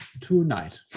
tonight